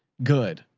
good.